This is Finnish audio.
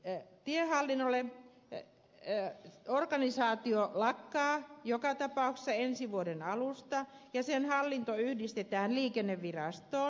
en ihan niin ole ei tiehallinnolla organisaatio lakkaa joka tapauksessa ensi vuoden alusta ja sen hallinto yhdistetään liikennevirastoon